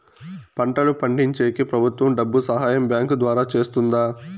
పంటలు పండించేకి ప్రభుత్వం డబ్బు సహాయం బ్యాంకు ద్వారా చేస్తుందా?